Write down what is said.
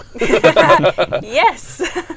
Yes